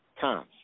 times